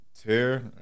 tear